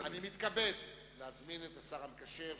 אני מתכבד להזמין את השר המקשר,